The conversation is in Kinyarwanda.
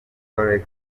forex